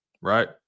right